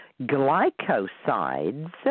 Glycosides